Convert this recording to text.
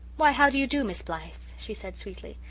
why how do you do, miss blythe? she said sweetly.